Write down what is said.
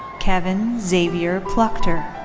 kevin xavier pluckter.